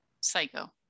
Psycho